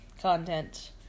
content